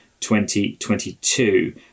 2022